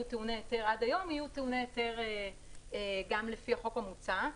טעוני היתר עד היום יהיו טעוני היתר גם לפי החוק המוצע.